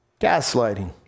Gaslighting